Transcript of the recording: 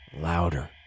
louder